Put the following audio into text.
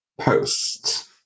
post